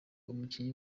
umukinnyi